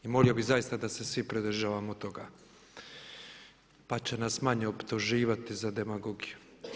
I molio bih zaista da se svi pridržavamo toga pa će nas manje optuživati za demagogiju.